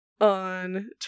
on